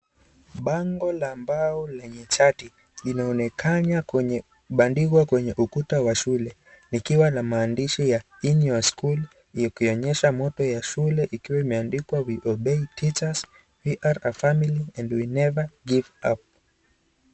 Bango la mbao lenye chati, linaonekana kwenye kubandikwa kwenye ukuta wa shule. Likiwa na maandishi ya in your school ya kuyaonyesha motto ya shule, ikiwa imeandikwa we obey teachers, we are a family, and we never give up .